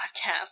podcast